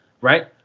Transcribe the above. right